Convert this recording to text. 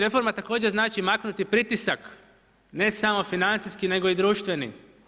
Reforma također znači maknuti pritisak, ne samo financijski, nego i društveni.